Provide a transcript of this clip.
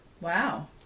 Wow